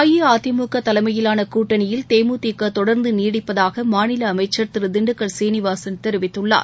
அஇஅதிமுக தலைமையிலான கூட்டணியில் தேமுதிக தொடர்ந்து நீடிப்பதாகஅமைச்சர் திரு திண்டுக்கல் சீனிவாசன் தெரிவித்துள்ளார்